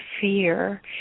fear